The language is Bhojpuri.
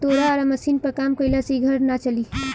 तोरा आरा मशीनी पर काम कईला से इ घर ना चली